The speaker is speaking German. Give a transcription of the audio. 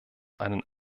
einen